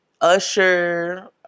Usher